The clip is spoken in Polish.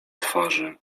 twarzy